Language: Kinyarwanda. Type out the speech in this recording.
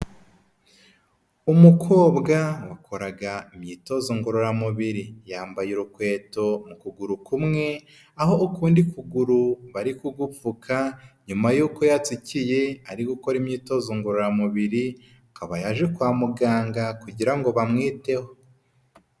Umukobwa wakoraga imyitozo ngororamubiri, yambaye urukweto mukuguru kumwe, aho ukundi ukuguru bari kugupfuka, nyuma yuko yatsikiye, ari gukora imyitozo ngororamubiri, akaba yaje kwa muganga kugira ngo bamwiteho.